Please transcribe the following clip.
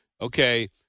okay